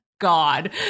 God